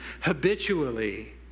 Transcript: habitually